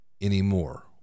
anymore